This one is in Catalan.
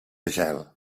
gel